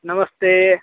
नमस्ते